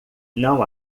não